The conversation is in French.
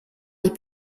les